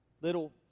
little